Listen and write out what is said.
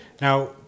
Now